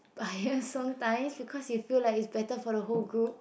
biased sometimes because you feel like it's better for the whole group